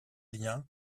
liens